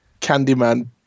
Candyman